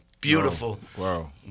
beautiful